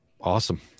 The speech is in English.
Awesome